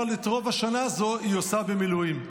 אבל את רוב השנה הזו היא עושה במילואים.